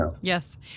Yes